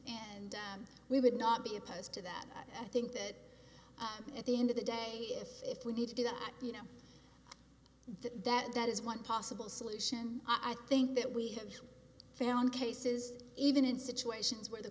and we would not be opposed to that i think that at the end of the day if if we need to do that you know that that is one possible solution i think that we have found cases even in situations where the